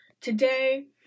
today